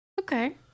Okay